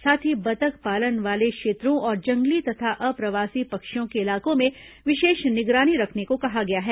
साथ ही बतख पालन वाले क्षेत्रों और जंगली तथा अप्रवासी पक्षियों के इलाकों में विशेष निगरानी रखने को कहा गया है